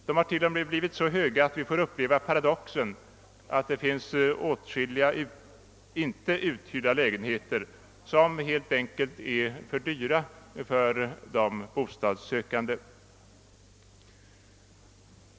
De har till och med blivit så höga att vi får uppleva paradoxen att det finns åtskilliga inte uthyrda lägenheter som helt enkelt är för dyra för de bostadssökande.